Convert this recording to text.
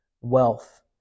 wealth